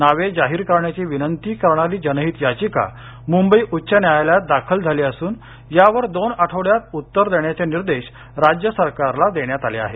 नावे जाहीर करण्याची विनंती करणारी जनहित याचिका मूंबई उच्च न्यायालयात दाखल झाली असून यावर दोन आठवड्यात उत्तर देण्याचे निर्देश राज्य सरकारला देण्यात आले आहेत